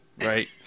right